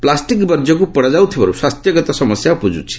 plastic ବର୍ଜ୍ୟକୁ ପୋଡ଼ାଯାଉଥିବାରୁ ସ୍ୱାସ୍ଥ୍ୟଗତ ସମସ୍ୟା ଉପୁଜୁଛି